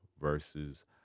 versus